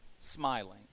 smiling